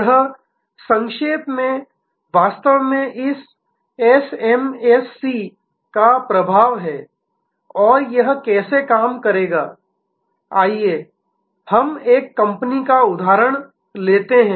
यह संक्षेप में वास्तव में इस SMAC का प्रभाव है और यह कैसे काम करेगा आइए हम एक कंपनी का उदाहरण लेते हैं